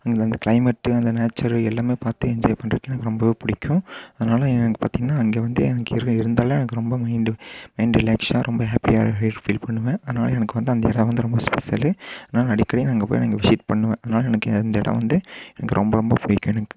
அங்க வந்து கிளைமேட்டு அந்த நேச்சுரல் எல்லாமே பார்த்து என்ஜாய் பண்ணுறக்கு எனக்கு ரொம்பவே புடிக்கும் அதனால் எனக்கு பார்த்தீங்கன்னா அங்கே வந்து எனக்கு இரு இருந்தாலே எனக்கு ரொம்ப மைண்டு மைண்டு ரிலேக்ஷா ரொம்ப ஹேப்பியா ஹீல் ஃபீல் பண்ணுவேன் அதனால எனக்கு வந்து அந்த இடம் வந்து ரொம்ப ஸ்பெசலு அதனால நான் அடிக்கடி நான் அங்கே போய் நான் இங்கே விசிட் பண்ணுவேன் அதனால எனக்கு எ இந்த இடம் வந்து எனக்கு ரொம்ப ரொம்ப பிடிக்கும் எனக்கு